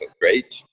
great